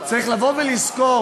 צריך לבוא ולזכור,